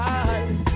eyes